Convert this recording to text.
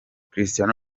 cristiano